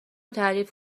تعریف